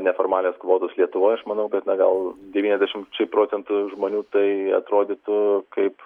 neformalios kvotos lietuvoj aš manau kad na gal devyniasdešimčiai procentų žmonių tai atrodytų kaip